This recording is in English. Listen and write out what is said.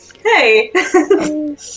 Hey